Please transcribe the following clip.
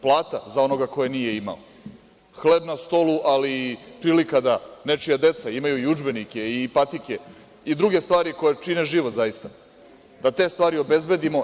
Plata za onoga ko je nije imao, hleb na stolu ali i prilika da nečija deca imaju i udžbenike i patike i druge stvari koje čine život zaista, da te stvari obezbedimo.